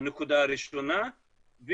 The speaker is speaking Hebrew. כנקודה הראשונה,